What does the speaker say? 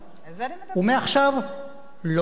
ומעכשיו לא תהיה.